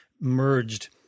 merged –